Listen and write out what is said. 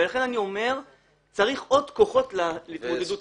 לכן אני אומר שצריך עוד כוחות להתמודדות הזאת.